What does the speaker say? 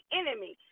enemy